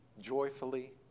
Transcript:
joyfully